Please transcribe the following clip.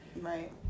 Right